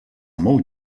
molt